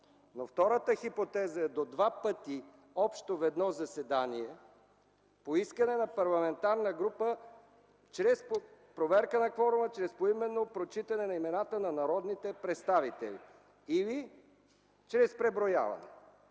Но втората хипотеза е до два пъти общо в едно заседание по искане на парламентарна група – проверка на кворума чрез поименно прочитане на имената на народните представители или чрез преброяване.